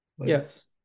Yes